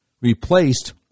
replaced